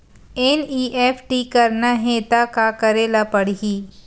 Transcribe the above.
NEFT करना हे त का करे ल पड़हि?